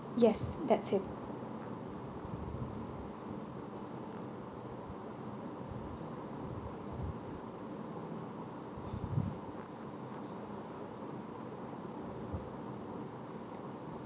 yes that's him